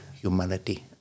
humanity